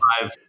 five